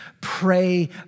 Pray